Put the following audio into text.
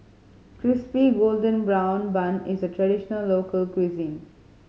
Crispy Golden Brown Bun is a traditional local cuisine